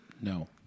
No